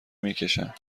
میکشن